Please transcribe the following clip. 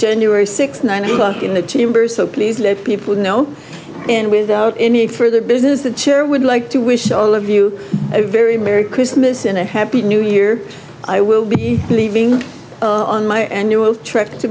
january sixth nine o'clock in the chambers so please let people know and without any further business the chair would like to wish all of you a very merry christmas and a happy new year i will be leaving on my annual trip to